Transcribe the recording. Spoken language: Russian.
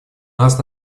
нас